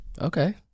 Okay